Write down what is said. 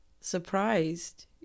surprised